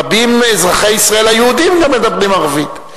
רבים מאזרחי ישראל היהודים גם מדברים ערבית.